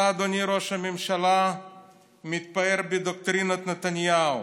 אתה, אדוני ראש הממשלה, מתפאר בדוקטרינת נתניהו,